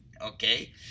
okay